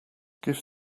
give